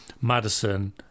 Madison